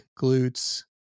glutes